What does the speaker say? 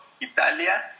Italia